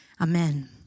amen